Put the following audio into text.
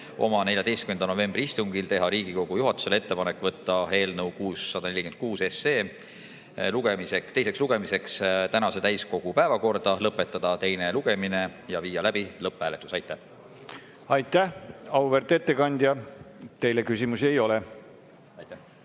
oma 14. novembri istungil teha Riigikogu juhatusele ettepanek võtta eelnõu 646 teiseks lugemiseks tänase täiskogu päevakorda, lõpetada teine lugemine ja viia läbi lõpphääletus. Aitäh! Aitäh, auväärt ettekandja! Teile küsimusi ei ole. Aitäh,